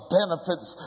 benefits